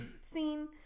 scene